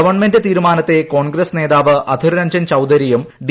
government തീരുമാനത്തെ കോൺഗ്രസ് നേതാവ് അധിർ രഞ്ജൻ ചൌധരിയും ഡി